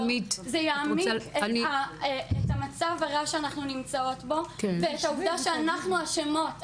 זה יעמיק את המצב הרע שאנחנו נמצאות בו ואת העובדה שאנחנו אשמות,